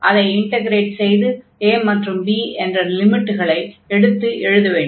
அதை இன்டக்ரேட் செய்து a மற்றும் b என்ற லிமிட்களை எடுத்து எழுதவேண்டும்